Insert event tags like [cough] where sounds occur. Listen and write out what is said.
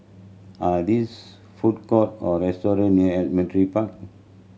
are these food court or restaurant near [unintelligible] Park